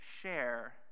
share